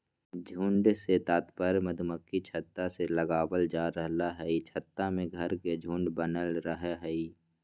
झुंड से तात्पर्य मधुमक्खी छत्ता से लगावल जा रहल हई छत्ता में घर के झुंड बनल रहई हई